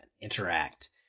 interact